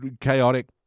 chaotic